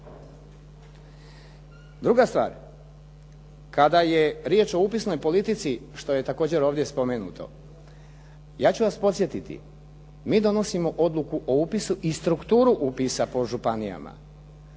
Druga stvar, kada je riječ o upisnoj politici što je također ovdje spomenuto. Ja ću vas podsjetiti mi donosimo odluku o upisu i strukturu upisa po županijama.